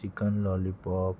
chicken lollipop